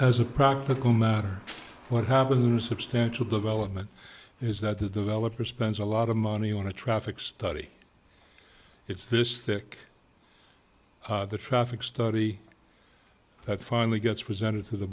as a practical matter what happens to substantially development is that the developer spends a lot of money on a traffic study it's just pick the traffic study that finally gets presented to the